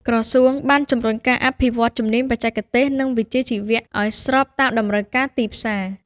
ក្រសួងបានជំរុញការអភិវឌ្ឍជំនាញបច្ចេកទេស និងវិជ្ជាជីវៈឱ្យស្របតាមតម្រូវការទីផ្សារ។